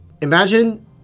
imagine